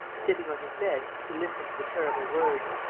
sitting on his bed, he listened to the terrible words,